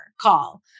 call